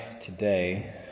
today